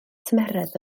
tymheredd